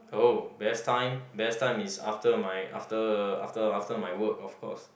oh best time best time is after my after after after my work of course